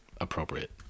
appropriate